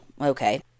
okay